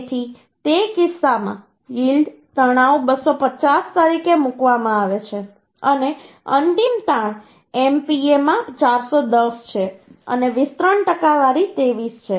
તેથી તે કિસ્સામાં યીલ્ડ તણાવ 250 તરીકે મૂકવામાં આવે છે અને અંતિમ તાણ MPa માં 410 છે અને વિસ્તરણ ટકાવારી 23 છે